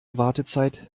wartezeit